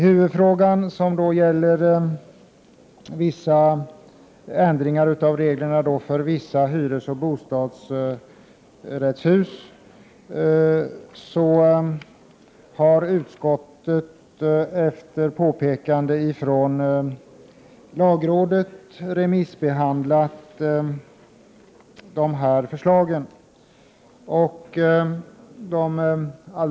Huvudfrågan gäller ändringar av reglerna för vissa hyresoch bostadsrättshus, Utskottet har, efter påpekanden från lagrådet, skickat ut förslaget på remiss.